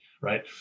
right